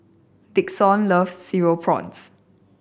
Dixon loves Cereal Prawns